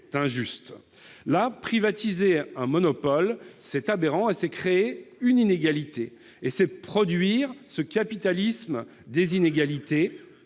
Là, privatiser un monopole, c'est aberrant, c'est créer une inégalité et c'est produire ce capitalisme des inégalités